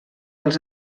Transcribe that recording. els